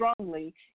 strongly